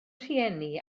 rhieni